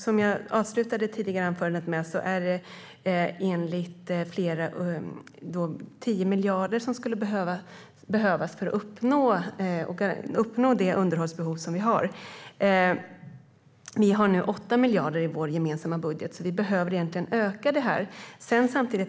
Som jag avslutade mitt förra inlägg med skulle 10 miljarder behövas för att täcka det underhållsbehov vi har. Vi har nu 8 miljarder i vår gemensamma budget, så vi behöver egentligen öka det.